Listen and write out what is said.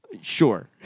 Sure